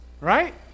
right